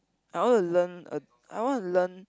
I want to learn a I want to learn